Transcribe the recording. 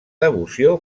devoció